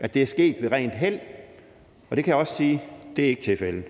at det er sket ved rent held. Det kan jeg også sige ikke er tilfældet.